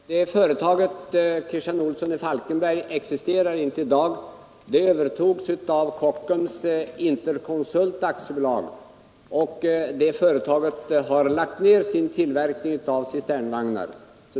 Herr talman! Företaget Christian Olsson i Falkenberg existerar inte längre. Det övertogs av Kockum och dess dotterbolag Interconsult AB, som har lagt ned tillverkningen av cisternvagnar.